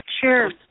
sure